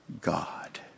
God